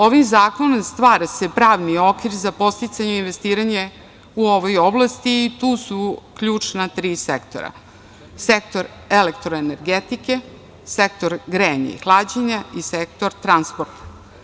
Ovim zakonom stvara se pravni okvir za podsticanje u investiranje u ovoj oblasti i tu su ključna tri sektora - sektor energetike, sektor grejanja i hlađenja i sektor transporta.